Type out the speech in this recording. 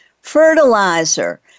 fertilizer